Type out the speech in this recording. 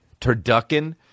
turducken